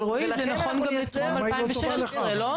אבל רועי, זה נכון גם --- 2016, לא?